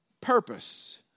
purpose